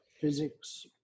physics